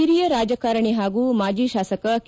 ಹಿರಿಯ ರಾಜಕಾರಣಿ ಹಾಗೂ ಮಾಜಿ ಶಾಸಕ ಕೆ